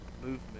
movement